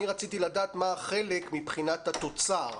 אני רציתי לדעת מה החלק מבחינת התוצר,